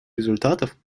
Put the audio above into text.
результатов